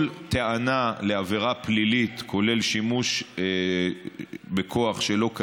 כל טענה לעבירה פלילית, כולל שימוש בכוח שלא כדין,